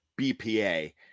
BPA